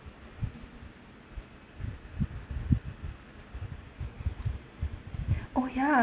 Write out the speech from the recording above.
oh ya